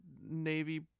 Navy